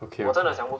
okay okay